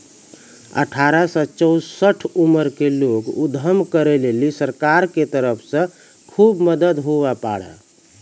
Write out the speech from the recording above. अठारह से चौसठ उमर के लोग उद्यम करै लेली सरकार के तरफ से खुब मदद हुवै पारै